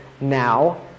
now